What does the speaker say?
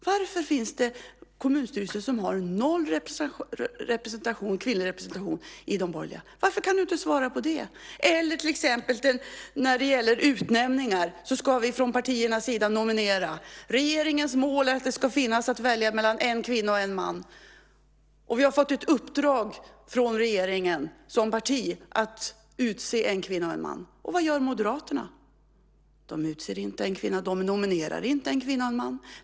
Varför finns det kommunstyrelser som har noll kvinnorepresentation där de borgerliga har makten? Varför kan du inte svara på det? Och till exempel när det gäller utnämningar ska vi från partiernas sida nominera. Regeringens mål är att det ska finnas en kvinna och en man att välja mellan. Vi har fått ett uppdrag från regeringen, som parti, att utse en kvinna och en man, och vad gör Moderaterna? De utser inte en kvinna. De nominerar inte en kvinna och en man.